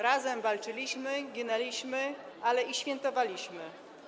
Razem walczyliśmy, ginęliśmy, ale i świętowaliśmy.